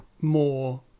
more